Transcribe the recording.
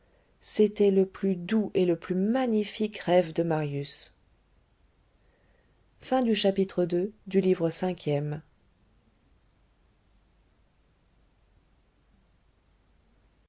c'était le plus doux et le plus magnifique rêve de marius chapitre iii